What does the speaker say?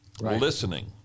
listening